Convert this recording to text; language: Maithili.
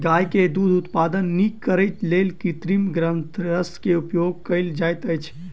गाय के दूध उत्पादन नीक करैक लेल कृत्रिम ग्रंथिरस के उपयोग कयल जाइत अछि